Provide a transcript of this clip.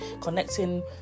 connecting